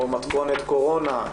או מתכונת קורונה,